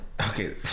okay